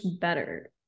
better